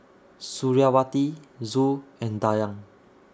Suriawati Zul and Dayang